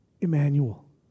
Emmanuel